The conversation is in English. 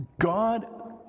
God